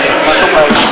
אין סיכוי,